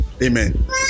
Amen